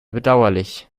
bedauerlich